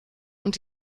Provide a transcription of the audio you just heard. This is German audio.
und